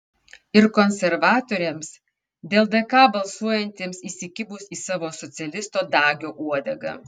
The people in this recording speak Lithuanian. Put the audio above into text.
ir konservatoriams dėl dk balsuojantiems įsikibus į savo socialisto dagio uodegą